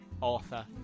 author